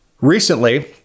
Recently